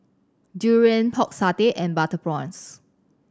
durian Pork Satay and butter prawns